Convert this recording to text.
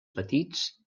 petits